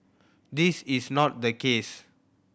this is not the case